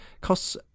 costs